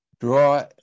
draw